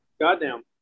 Goddamn